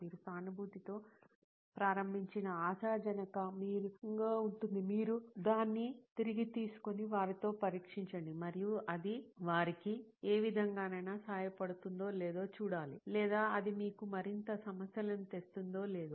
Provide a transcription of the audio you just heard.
మీరు సానుభూతితో ప్రారంభించిన ఆశాజనక మీరు దాన్ని తిరిగి తీసుకొని వారితో పరీక్షించండి మరియు అది వారికి ఏ విధంగానైనా సహాయపడుతుందో లేదో చూడాలి లేదా అది మీకు మరింత సమస్యలను తెస్తుందో లేదో